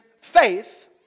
faith